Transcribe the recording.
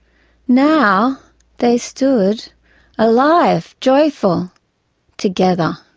now they stood alive, joyful together.